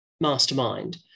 mastermind